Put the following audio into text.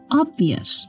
obvious